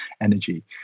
energy